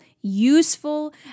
useful